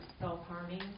Self-harming